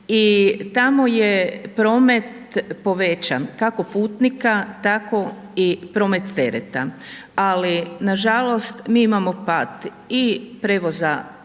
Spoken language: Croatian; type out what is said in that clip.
tamo je promet povećan, kako putnika, tako i promet tereta, ali nažalost, mi imamo pad i prijevoza roba